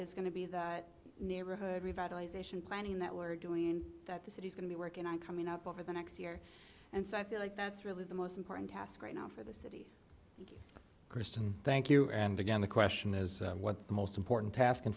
is going to be that neighborhood revitalization planning that were doing that the city is going to be working on coming up over the next year and so i feel like that's really the most important task right now for the city kristen thank you and again the question is what's the most important task in